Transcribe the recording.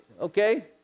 okay